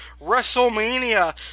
Wrestlemania